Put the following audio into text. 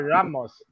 Ramos